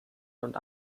und